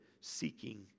seeking